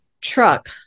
truck